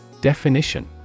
Definition